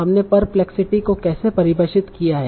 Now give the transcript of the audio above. हमने परप्लेक्सिटी को कैसे परिभाषित किया है